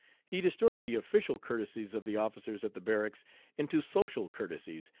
he distorted the official courtesies of the officers at the barracks into social courtesies,